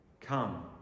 Come